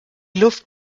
luft